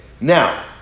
Now